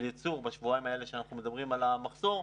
ייצור בשבועיים האלה שבהם אנחנו מדברים על המחסור.